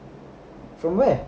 from where